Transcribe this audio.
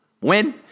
win